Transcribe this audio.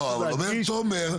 לא, אבל אומר תומר.